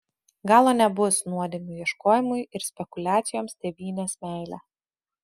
galo nebus nuodėmių ieškojimui ir spekuliacijoms tėvynės meile